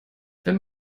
wenn